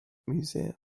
museum